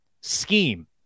scheme